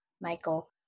Michael